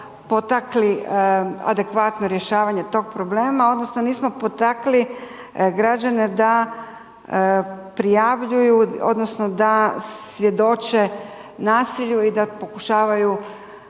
potakli adekvatno rješavanje tog problema odnosno nismo potakli građane da prijavljuju odnosno da svjedoče nasilju i da pokušavaju